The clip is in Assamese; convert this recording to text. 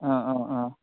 অঁ অঁ অঁ